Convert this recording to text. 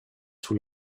sous